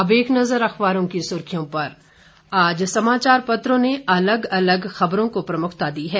अब एक नजर अखबारों की सुर्खियों पर आज समाचार पत्रों ने अलग अलग खबरों को प्रमुखता दी है